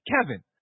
Kevin